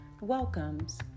welcomes